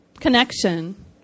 connection